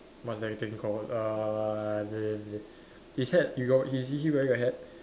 what's that thing called uh the his hat you got he is he wearing a hat